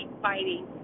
fighting